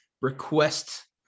request